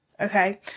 okay